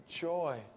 joy